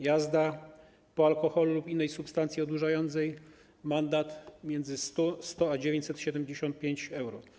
Jazda po alkoholu lub innej substancji odurzającej - mandat między 100 euro a 975 euro.